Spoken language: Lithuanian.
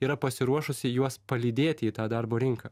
yra pasiruošusi juos palydėti į tą darbo rinką